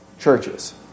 churches